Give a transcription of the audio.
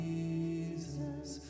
Jesus